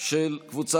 כנוסח